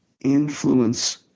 influence